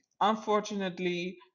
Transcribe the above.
unfortunately